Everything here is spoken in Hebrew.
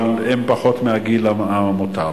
אבל גילם פחות מהגיל המותר.